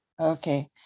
Okay